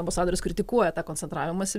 ambasadorius kritikuoja tą koncentravimąsi